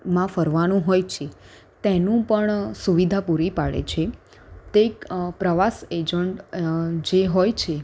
માં ફરવાનું હોય છે તેનું પણ સુવિધા પૂરી પાડે છે તે એક પ્રવાસ એજન્ટ જે હોય છે